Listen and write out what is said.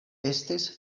estis